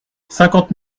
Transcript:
cinquante